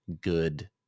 good